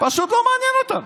פשוט לא מעניין אותם.